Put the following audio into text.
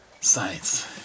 Science